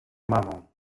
mamą